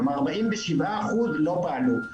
כלומר, 47 אחוזים לא פעלו.